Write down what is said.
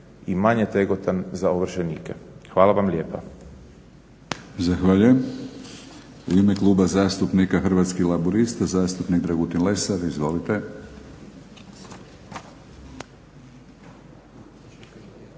i manje tegotan za ovršenike. Hvala vam lijepa.